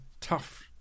tough